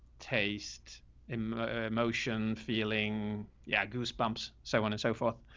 taste in emotion, feeling. yeah, goosebumps. so on and so forth.